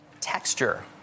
Texture